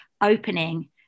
opening